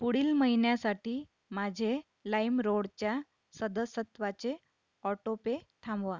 पुढील महिन्यासाठी माझे लाईमरोडच्या सदस्यत्वाचे ऑटोपे थांबवा